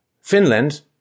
Finland